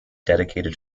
dedicated